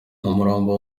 umurambo